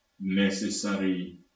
necessary